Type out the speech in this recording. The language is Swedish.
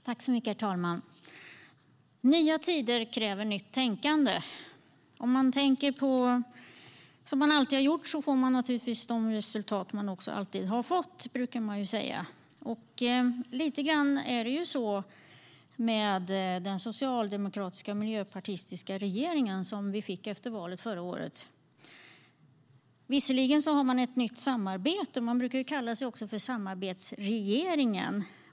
Herr talman! Nya tider kräver nytt tänkande. Om man tänker som man alltid har gjort får man naturligtvis de resultat man alltid har fått, brukar det sägas. Lite grann är det så med den socialdemokratiska och miljöpartistiska regering som vi fick efter valet förra året. Visserligen har man ett nytt samarbete. Man brukar ju också kalla sig för samarbetsregeringen.